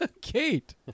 Kate